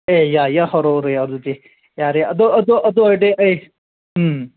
ꯑꯦꯌꯥ ꯌꯥꯝ ꯍꯔꯥꯎꯔꯦ ꯑꯗꯨꯗꯤ ꯌꯥꯔꯦ ꯑꯗꯣ ꯑꯣ ꯑꯗꯣ ꯑꯗꯨ ꯑꯣꯏꯔꯗꯤ ꯑꯩ ꯎꯝ